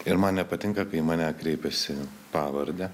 ir man nepatinka kai į mane kreipiasi pavarde